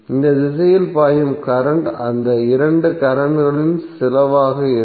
இந்த திசையில் பாயும் கரண்ட் இந்த இரண்டு கரண்ட்களில் சிலவாக இருக்கும்